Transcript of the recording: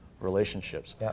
relationships